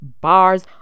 bars